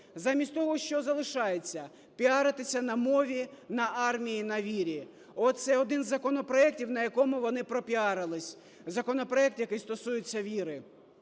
Замість того що залишається? Піаритися на мові, на армії, на вірі. Оце один із законопроектів, на якому вони пропіарились – законопроект, який стосується віри.